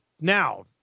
Now